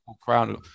crown